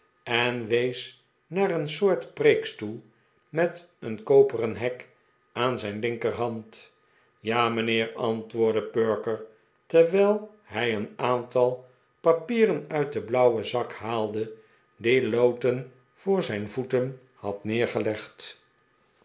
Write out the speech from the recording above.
en wees naar een soort preekstoel met een koperen hek aan zijn linkerhand ja mijnheer antwoordde perker terwijl hij een aantal papieren uit den blauwen zak haajde dien lowten voor zijn voeten had neergelegd